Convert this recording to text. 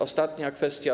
Ostatnia kwestia.